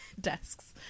desks